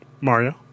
mario